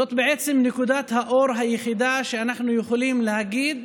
זאת בעצם נקודת האור היחידה שאנחנו יכולים להגיד.